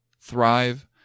thrive